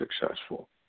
successful